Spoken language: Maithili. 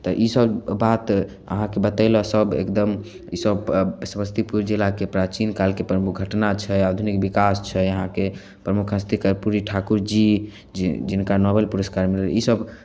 तऽ इसभ बात अहाँकेँ बतयलहुँ सभ एकदम इसभ समस्तीपुर जिलाके प्राचीन कालके प्रमुख घटना छै आधुनिक विकास छै यहाँके प्रमुख हस्ती कर्पूरी ठाकुरजी जि जिनका नोबेल पुरस्कार मिलल इसभ